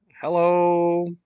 hello